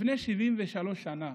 לפני 73 שנה,